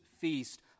feast